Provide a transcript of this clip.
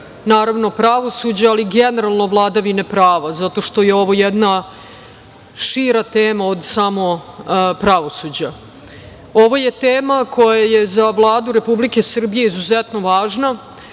oblasti pravosuđa ali i generalno vladavine prava, zato što je ovo jedna šira tema od pravosuđa. Ovo je tema koja je za Vladu Republike Srbije izuzetno važna,